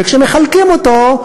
וכשמחלקים אותו,